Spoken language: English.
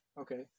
Okay